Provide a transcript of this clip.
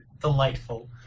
Delightful